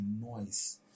noise